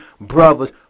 brothers